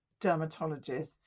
dermatologists